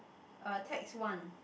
uh text one